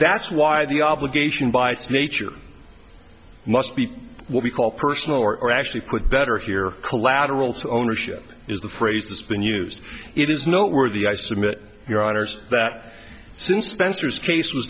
that's why the obligation by nature must be what we call personal or are actually quit better here collateral ownership is the phrase that's been used it is noteworthy i submit your honors that since spencer's case was